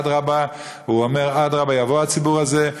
אדרבה, הוא אומר, אדרבה, יבוא הציבור הזה.